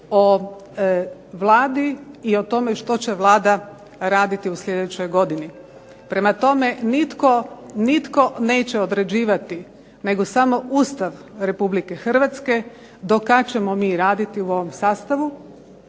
o Vladi i o tome što će Vlada raditi u sljedećoj godini. Prema tome, nitko neće određivati nego samo Ustav Republike Hrvatske do kad ćemo mi raditi u ovom sastavu.